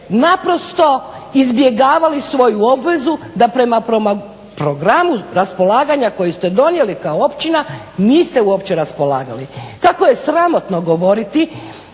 naprosto izbjegavali svoju obvezu da prema programu raspolaganja koji ste donijeli kao općina niste uopće raspolagali. Kako je sramotno govoriti